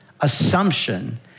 assumption